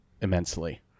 immensely